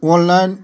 online